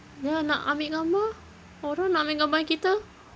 ya nak ambil gambar orang nak ambil gambar kita